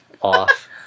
Off